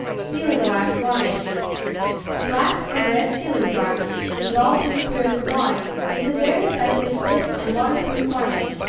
sealing-wax varnish black or red sealing-wax, dissolved in spirits of wine, makes a very effective stiff and waterproof varnish,